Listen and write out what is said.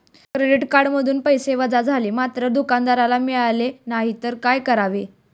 Credit कार्डमधून पैसे वजा झाले मात्र दुकानदाराला मिळाले नाहीत तर काय करावे?